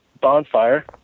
bonfire